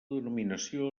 denominació